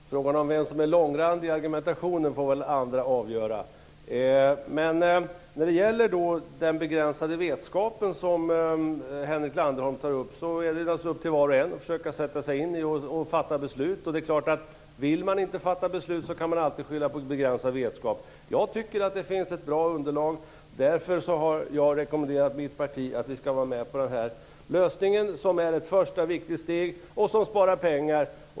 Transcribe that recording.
Herr talman! Frågan om vem som är långrandig i argumentationen får väl andra avgöra. När det gäller den begränsade vetskapen som Henrik Landerholm tar upp, är det upp till var och en att försöka sätta sig in i och fatta beslut. Det är klart att om man inte vill fatta beslut kan man alltid skylla på begränsad vetskap. Jag tycker att det finns ett bra underlag. Därför har jag rekommenderat mitt parti att vi skall vara med på denna lösning, som är ett första viktigt steg och som sparar pengar.